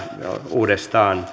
uudestaan